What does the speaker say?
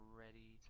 ready